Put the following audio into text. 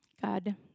God